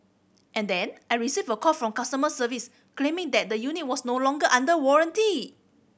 and then I received a call from customer service claiming that the unit was no longer under warranty